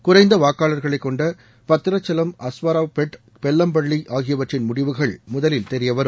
குறைந்த வாக்காளர்களைக் கொண்ட பத்திரச்சலம் அஸ்வராவ்பெட் பெல்லம்பள்ளி ஆகியவற்றின் முடிவுகள் முதலில் தெரியவரும்